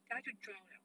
then 它就 drown liao